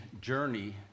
journey